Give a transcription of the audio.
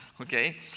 Okay